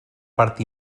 part